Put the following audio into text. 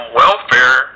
welfare